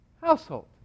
household